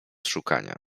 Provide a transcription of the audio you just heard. szukania